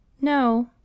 No